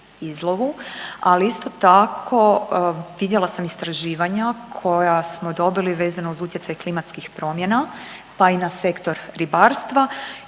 ali isto tako vidjela sam istraživanja koja smo dobili vezano uz utjecaj klimatskih promjena, pa i na sektor ribarstva